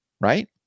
right